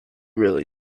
really